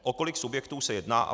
O kolik subjektů se jedná?